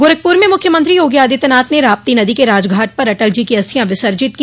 गोरखपुर में मुख्यमंत्री योगी आदित्यनाथ ने राप्ती नदी के राजघाट पर अटल जी की अस्थियां विसर्जित की